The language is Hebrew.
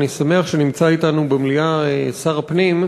אני שמח שנמצא אתנו במליאה שר הפנים,